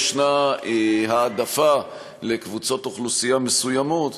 העדפה לקבוצות אוכלוסייה מסוימות,